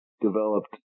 developed